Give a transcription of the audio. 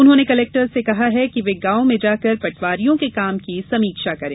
उन्होंने कलेक्टर्स से कहा कि वे गाँव में जाकर पटवारियों के काम की समीक्षा करें